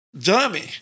dummy